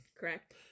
correct